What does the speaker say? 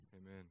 Amen